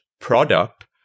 product